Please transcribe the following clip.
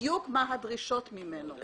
מה הדרישות ממנו,